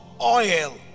oil